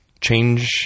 change